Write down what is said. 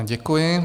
Děkuji.